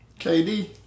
KD